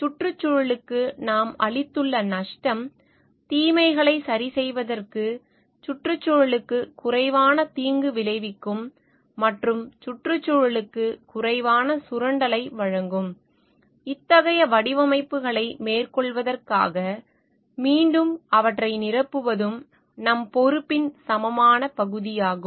சுற்றுச்சூழலுக்கு நாம் அளித்துள்ள நஷ்டம் தீமைகளை சரிசெய்வதற்கு சுற்றுச்சூழலுக்கு குறைவான தீங்கு விளைவிக்கும் மற்றும் சுற்றுச்சூழலுக்கு குறைவான சுரண்டலை வழங்கும் இத்தகைய வடிவமைப்புகளை மேற்கொள்வதற்காக மீண்டும் அவற்றை நிரப்புவதும் நம் பொறுப்பின் சமமான பகுதியாகும்